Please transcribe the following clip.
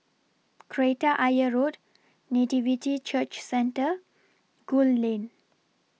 Kreta Ayer Road Nativity Church Centre Gul Lane